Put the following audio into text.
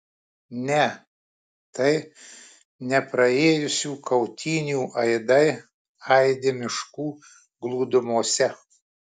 ne tai ne praėjusių kautynių aidai aidi miškų glūdumose